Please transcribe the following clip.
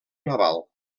naval